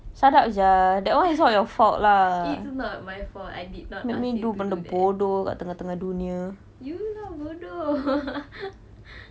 it's not my fault I did not ask you to do that you lah bodoh